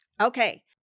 Okay